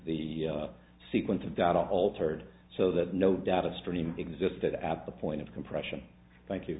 the sequence of data altered so that no data stream existed at the point of compression thank you